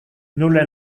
nulle